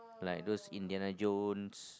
like those Indiana-Jones